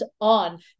On